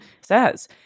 says